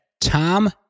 Tom